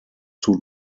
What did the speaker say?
two